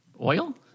Oil